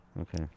Okay